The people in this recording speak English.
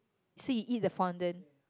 so you eat the fondant